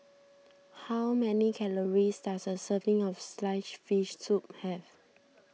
how many calories does a serving of Sliced Fish Soup have